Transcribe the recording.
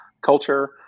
culture